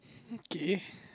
okay